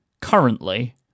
currently